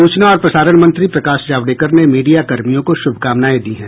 सूचना और प्रसारण मंत्री प्रकाश जावडेकर ने मीडियाकर्मियों को शुभकामनाएं दी हैं